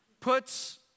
puts